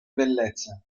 bellezza